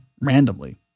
randomly